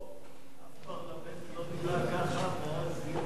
אף פרלמנט לא נראה ככה מאז ימי ברית-המועצות.